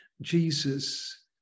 Jesus